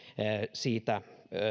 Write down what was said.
siitä